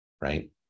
right